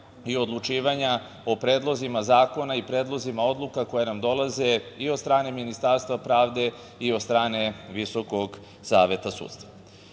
i odlučivanja o predlozima zakona i predlozima odluka koje nam dolaze i od strane Ministarstva pravde i od strane Visokog saveta sudstva. Kada